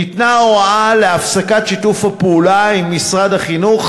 ניתנה הוראה להפסקת שיתוף הפעולה עם משרד החינוך